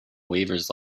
waivers